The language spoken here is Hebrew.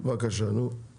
בבקשה, נו.